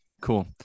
Cool